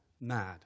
mad